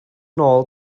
nôl